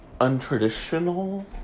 untraditional